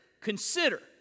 consider